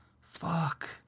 Fuck